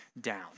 down